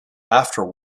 after